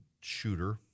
shooter